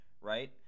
right